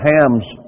Ham's